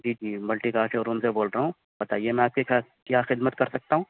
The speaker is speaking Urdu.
جی جی ملٹی کار شو روم سے بول رہا ہوں بتائیے میں آپ کی کیا خدمت کر سکتا ہوں